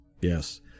Yes